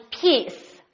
peace